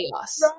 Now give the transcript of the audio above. chaos